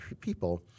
people